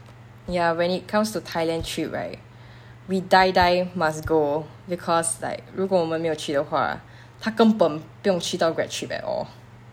ya when it comes to thailand trip right we die die must go because like 如果我们没有去的话他根本不用去到 grad trip at all